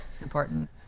Important